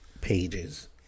pages